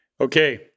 Okay